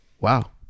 Wow